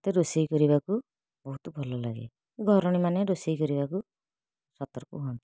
ମୋତେ ରୋଷେଇ କରିବାକୁ ବହୁତ ଭଲ ଲାଗେ ଘରଣୀ ମାନେ ରୋଷେଇ କରିବାକୁ ସତର୍କ ହୁଅନ୍ତି